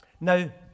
Now